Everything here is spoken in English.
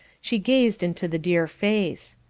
she gazed into the dear face.